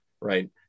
right